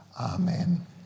Amen